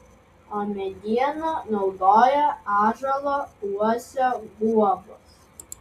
o medieną naudoja ąžuolo uosio guobos